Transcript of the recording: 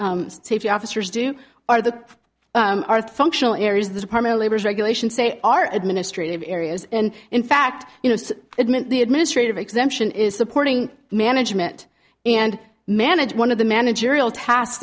and safety officers do are the earth functional areas the department of labor's regulations they are administrative areas and in fact you know admit the administrative exemption is supporting management and manage one of the managerial ta